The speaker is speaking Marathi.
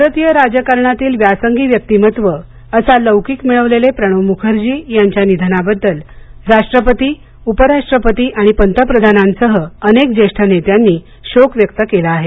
भारतीय राजकारणातील व्यासंगी व्यक्तिमत्त्व असा लौकिक मिळविलेले प्रणव मुखर्जी यांच्या निधनाबद्दल राष्ट्रपती उपराष्ट्रपती आणि पंतप्रधानांसह अनेक ज्येष्ठ नेत्यांनी शोक व्यक्त केला आहे